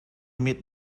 meet